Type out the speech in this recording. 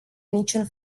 niciun